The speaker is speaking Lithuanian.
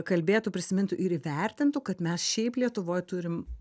kalbėtų prisimintų ir įvertintų kad mes šiaip lietuvoj turim